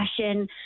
passion